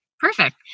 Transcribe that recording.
Perfect